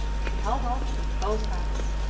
she held on with both hands.